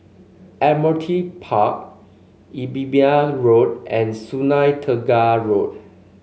Admiralty Park Imbiah Road and Sungei Tengah Road